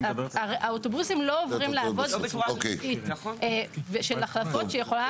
הרי האוטובוסים לא עוברים לעבוד בצורה של החלפות שיכולה